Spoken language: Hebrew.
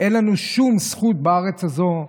אין לנו שום זכות בארץ הזו,